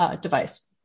device